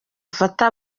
afata